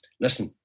listen